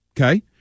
Okay